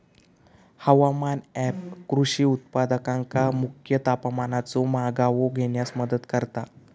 हवामान ऍप कृषी उत्पादकांका मुख्य तापमानाचो मागोवो घेण्यास मदत करता